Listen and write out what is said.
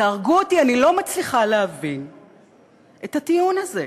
תהרגו אותי, אני לא מצליחה להבין את הטיעון הזה.